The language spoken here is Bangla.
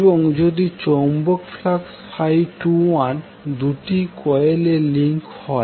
এবং যদি চৌম্বক ফ্লাক্স 21দুটি কয়েলে লিংক হয়